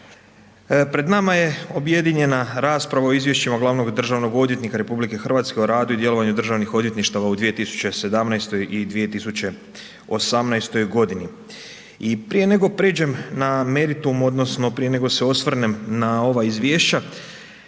pred nama je objedinjena rasprava o Izvješćima glavnog državnog odvjetnika Republike Hrvatske o radu i djelovanju državnih odvjetništava u 2017. i 2018.-oj godini, i prije nego pređem na meritum odnosno prije nego se osvrnem na ova Izvješća,